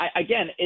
again